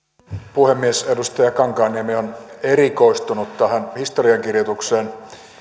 puhemies edustaja kankaanniemi on erikoistunut tähän historiankirjoitukseen